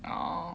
oh